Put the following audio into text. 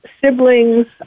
siblings